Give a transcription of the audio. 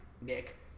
Nick